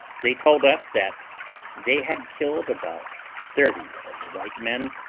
they told us that they had killed about thirty of the white men,